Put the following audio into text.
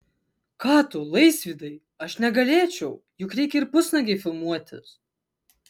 ką tu laisvydai aš negalėčiau juk reikia ir pusnuogei filmuotis